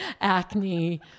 Acne